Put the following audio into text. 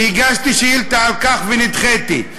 והגשתי שאילתה על כך ונדחיתי.